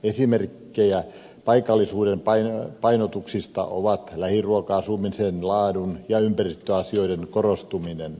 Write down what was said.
esimerkkejä paikallisuuden painotuksista ovat lähiruoka asumisen laadun ja ympäristöasioiden korostuminen